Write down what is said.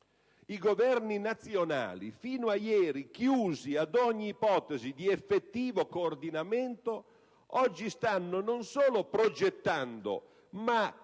I Governi nazionali, fino a ieri chiusi ad ogni ipotesi di effettivo coordinamento, oggi stanno, non solo progettando, ma